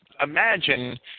imagine